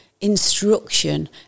instruction